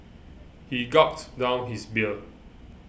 he gulped down his beer